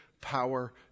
power